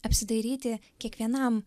apsidairyti kiekvienam